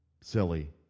silly